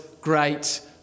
great